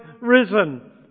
risen